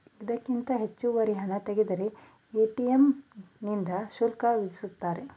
ಇದಕ್ಕಿಂತ ಹೆಚ್ಚುವರಿ ಹಣ ತೆಗೆದರೆ ಎ.ಟಿ.ಎಂ ನಿಂದ ಶುಲ್ಕ ವಿಧಿಸುತ್ತಾರೆ